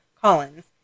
collins